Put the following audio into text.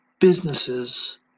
businesses